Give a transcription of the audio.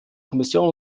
kommission